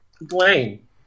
Blaine